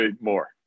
more